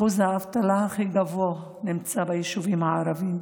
אחוז האבטלה הכי גבוה נמצא ביישובים הערביים,